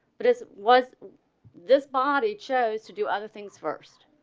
but it's was this body chose to do other things. first,